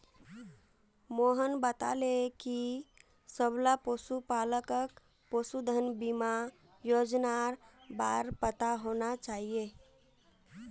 मोहन बताले कि सबला पशुपालकक पशुधन बीमा योजनार बार पता होना चाहिए